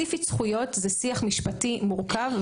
זכויות באופן ספציפי זה שיח משפטי מורכב,